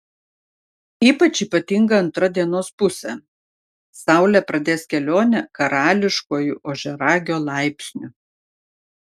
ypač ypatinga antra dienos pusė saulė pradės kelionę karališkuoju ožiaragio laipsniu